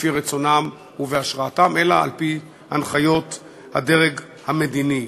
לפי רצונם ובהשראתם אלא על-פי הנחיות הדרג המדיני.